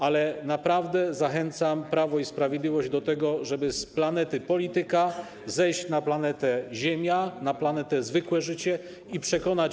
Ale naprawdę zachęcam Prawo i Sprawiedliwość do tego, żeby z planety: polityka zejść na planetę: Ziemia, na planetę: zwykłe życie i przekonać się.